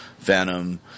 Venom